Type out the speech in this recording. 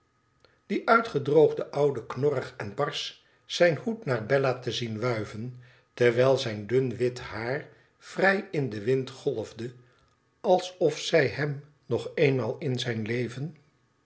dien uitgedroogden ouden knorrig enbarsch zijn hoed naar bella te zien wuiven terwijl zijn dun wit haar vrij in den wind golfde alsof zij hem nog eenmaal in zijn leven